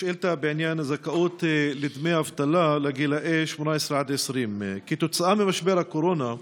שאילתה בעניין זכאות לדמי אבטלה לגילאי 18 20. כתוצאה ממשבר הקורונה,